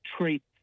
traits